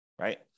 right